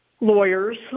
lawyers